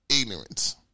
ignorance